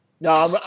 No